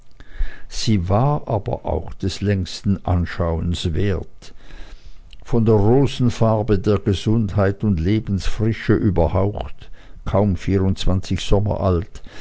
sie war aber auch des längsten anschauens wert von der rosenfarbe der gesundheit und lebensfrische überhaucht kaum vierundzwanzig